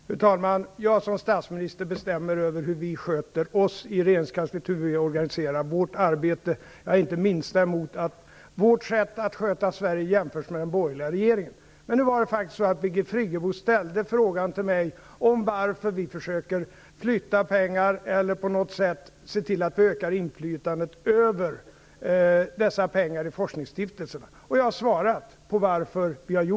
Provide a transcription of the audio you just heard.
Fru talman! Jag som statsminister bestämmer över hur vi sköter oss i regeringskansliet, hur vi organiserar vårt arbete. Jag har inte det minsta emot att vårt sätt att sköta Sverige jämförs med den borgerliga regeringens. Men Birgit Friggebo frågade mig faktiskt varför vi försöker flytta pengar eller på något sätt se till att öka inflytandet över dessa pengar i forskningsstiftelserna, och jag har svarat på hennes fråga.